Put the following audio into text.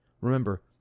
Remember